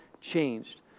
changed